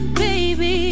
baby